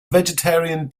vegetarian